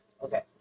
Okay